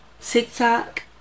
TikTok